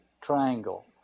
triangle